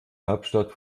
hauptstadt